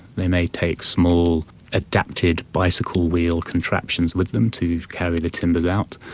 they may take small adapted bicycle wheel contraptions with them to carry the timbers out.